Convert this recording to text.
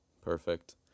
Perfect